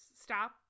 stop